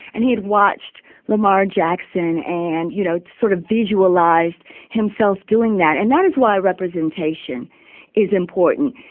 and he had watched lamar jackson and, you know, sort of visualized himself doing that. and that is why representation is important.